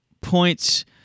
points